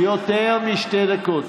יותר משתי דקות.